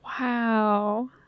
Wow